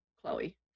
Chloe